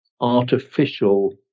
artificial